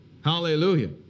Hallelujah